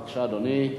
בבקשה, אדוני.